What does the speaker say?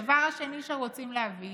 הדבר השני שרוצים להביא